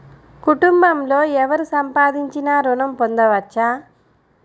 కుటుంబంలో ఎవరు సంపాదించినా ఋణం పొందవచ్చా?